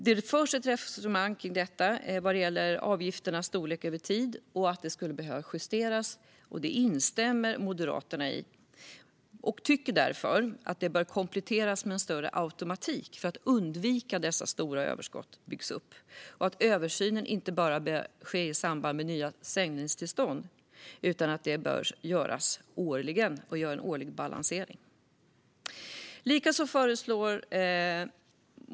Det förs ett resonemang vad gäller avgifternas storlek över tid och att det skulle behöva justeras. Det instämmer Moderaterna i. Vi tycker därför att det bör kompletteras med en större automatik för att undvika att dessa stora överskott byggs upp. Översynen bör inte heller bara ske i samband med att nya sändningstillstånd ges. Det bör göras en årlig balansering.